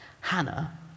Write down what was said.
Hannah